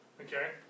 Okay